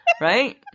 right